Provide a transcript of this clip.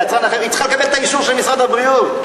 היא צריכה לקבל את האישור של משרד הבריאות.